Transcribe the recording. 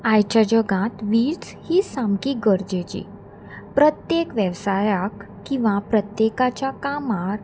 आयच्या जगांत वीज ही सामकी गरजेची प्रत्येक वेवसायाक किंवां प्रत्येकाच्या कामार